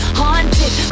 haunted